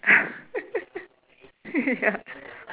ya